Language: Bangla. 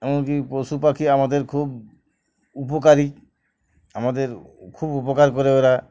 এমনকি পশু পাখি আমাদের খুব উপকারী আমাদের খুব উপকার করে ওরা